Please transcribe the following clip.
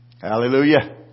Hallelujah